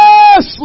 Yes